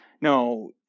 No